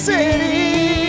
City